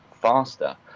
faster